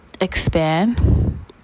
expand